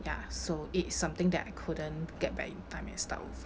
ya so it is something that I couldn't get back in time and start over